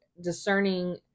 discerning